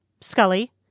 Scully